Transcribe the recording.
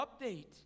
update